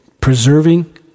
preserving